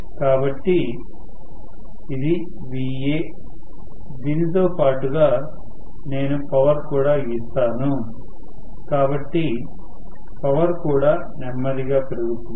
కాబట్టి ఇది Va దీనితో పాటుగా నేను పవర్ కూడా గీస్తాను కాబట్టి పవర్ కూడా నెమ్మదిగా పెరుగుతుంది